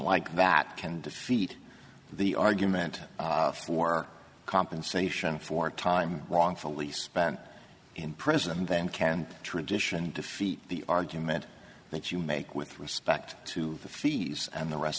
like that can defeat the argument for compensation for time wrongfully spent in prison then can tradition defeat the argument that you make with respect to the fees and the rest